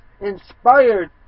inspired